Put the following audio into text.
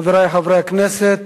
חברי חברי הכנסת,